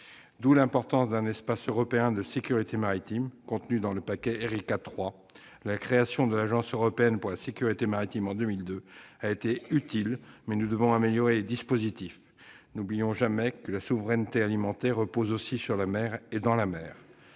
d'où l'importance d'un « espace européen de sécurité maritime » contenu dans le paquet«Erika III ». La création de l'Agence européenne pour la sécurité maritime en 2002 a été utile, mais nous devons améliorer les dispositifs. N'oublions jamais que la souveraineté alimentaire se trouve aussi sur la mer et dans la mer.